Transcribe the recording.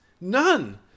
None